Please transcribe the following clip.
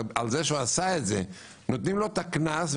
נותנים לו קנס,